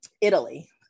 Italy